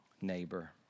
neighbor